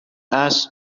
عصر